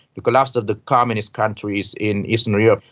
the collapse of the communist countries in eastern europe,